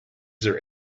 there